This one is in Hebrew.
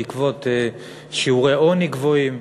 בעקבות שיעורי עוני גבוהים,